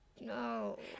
No